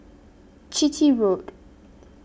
Chitty Road